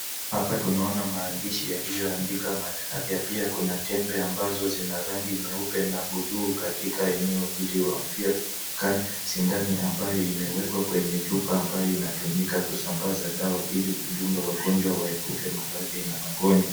Hapa tunaona maandishi yaliyoandika Malaria, pia kuna tembe ambazo zina rangi nyeupe na buluu katika eneo hili na pia kunaonekana sindano ambayo imewekwa kwenye chupa ambayo inatumika kusambaza dawa ili kudunga wagonjwa waepuke maradhi na magonjwa.